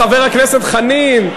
חבר הכנסת חנין,